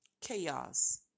chaos